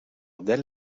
del